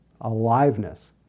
aliveness